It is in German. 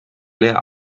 leer